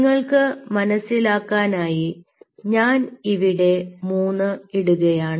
നിങ്ങൾക്ക് മനസ്സിലാക്കാനായി ഞാൻ ഇവിടെ 3 ഇടുകയാണ്